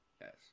Yes